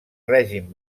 règim